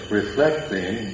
reflecting